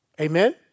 Amen